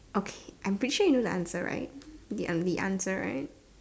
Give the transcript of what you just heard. okay I'm pretty sure you know the answer right the only answer right